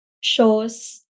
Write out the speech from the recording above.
shows